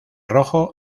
rojo